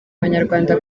abanyarwanda